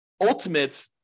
ultimate